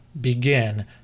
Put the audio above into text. begin